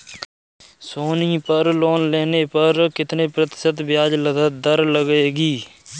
सोनी पर लोन लेने पर कितने प्रतिशत ब्याज दर लगेगी?